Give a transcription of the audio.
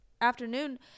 afternoon